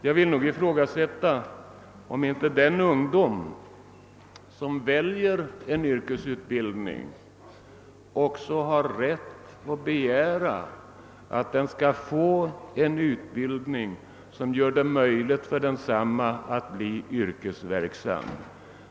Jag vill ifrågasätta om inte de ungdomar som väljer en yrkesutbildning också har rätt att begära, att de skall erhålla en utbildning som ger underlag för yrkesverksamhet.